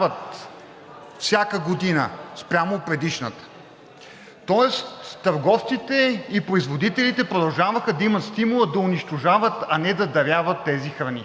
всяка година спрямо предишната. Тоест, търговците и производителите продължаваха да имат стимула да унищожават, а не да даряват тези храни.